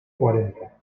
cuarenta